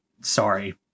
sorry